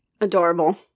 Adorable